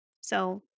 So-